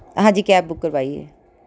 ਹਾਂਜੀ cab book ਕਰਵਾਈ ਹੈ